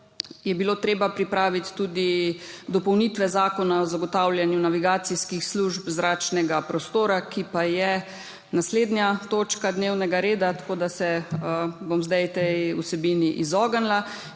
tem zakonom pripraviti tudi dopolnitve Zakona o zagotavljanju navigacijskih služb zračnega prostora, ki pa je naslednja točka dnevnega reda, tako da se bom zdaj tej vsebini izognila.